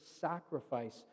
sacrifice